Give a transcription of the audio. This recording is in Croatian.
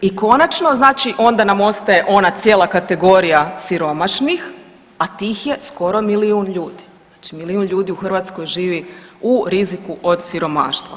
I konačno onda nam ostaje ona cijela kategorija siromašnih, a tih je skoro milijun ljudi, znači milijun ljudi u Hrvatskoj živi u riziku od siromaštva.